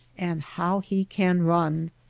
and how he can run!